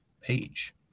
page